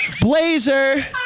Blazer